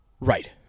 Right